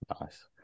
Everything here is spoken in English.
Nice